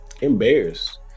embarrassed